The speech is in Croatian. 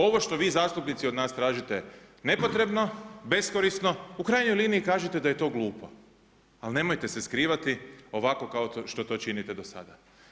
Ovo što vi zastupnici od nas tražite je nepotrebno, beskorisno, u krajnjoj liniji kažite da je to glupo ali nemojte se skrivati ovako kao što to činite do sada.